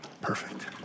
Perfect